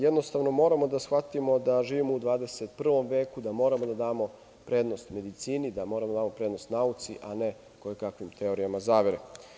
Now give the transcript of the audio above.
Jednostavno, moramo da shvatimo da živimo u 21. veku, da moramo da damo prednost medicini, da moramo da damo prednost nauci, a ne kojekakvim teorijama zavere.